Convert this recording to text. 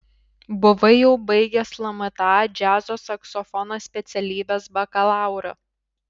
buvai jau baigęs lmta džiazo saksofono specialybės bakalaurą